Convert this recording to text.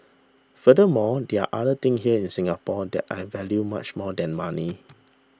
furthermore there are other things here in Singapore that I value much more than money